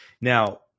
Now